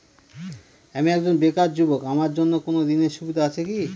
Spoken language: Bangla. আমি একজন বেকার যুবক আমার জন্য কোন ঋণের সুবিধা আছে কি?